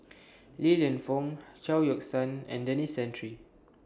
Li Lienfung Chao Yoke San and Denis Santry